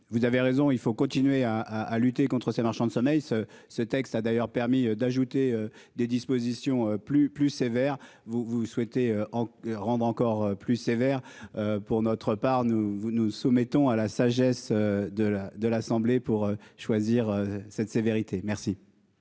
Vous avez raison, il faut continuer à, à lutter contre ces marchands de sommeil ce ce texte, a d'ailleurs permis d'ajouter des dispositions plus plus. Vous vous souhaitez en rendre encore plus sévère pour notre part nous nous soumettons à la sagesse. De la, de l'Assemblée pour choisir cette sévérité, merci.